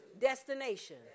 destination